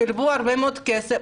שילמו הרבה מאוד כסף.